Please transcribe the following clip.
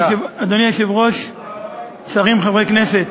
אדוני היושב-ראש, שרים, חברי הכנסת,